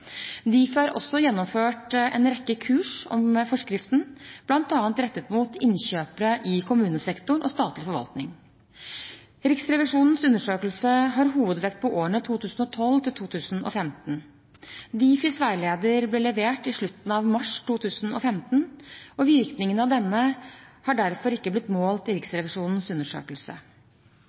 også gjennomført en rekke kurs om forskriften, bl.a. rettet mot innkjøpere i kommunesektoren og statlig forvaltning. Riksrevisjonens undersøkelse har hovedvekt på årene 2012–2015. Difis veileder ble levert i slutten av mars 2015, og virkningene av denne har derfor ikke blitt målt i Riksrevisjonens undersøkelse.